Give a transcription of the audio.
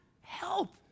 help